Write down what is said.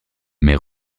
mes